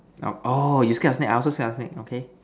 orh you scared of snake I also scared of snake okay